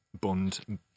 bond